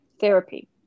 therapy